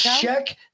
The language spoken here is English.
check